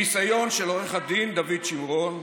ניסיון של עו"ד דוד שמרון,